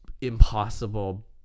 impossible